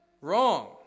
Wrong